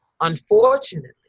unfortunately